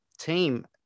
team